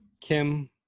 Kim